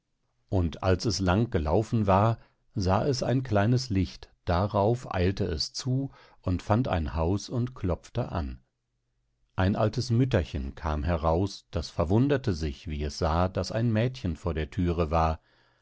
und als es lang gelaufen war sah es ein kleines licht darauf eilte es zu und fand ein haus und klopfte an ein altes mütterchen kam heraus das verwunderte sich wie es sah daß ein mädchen vor der thüre war